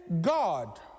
God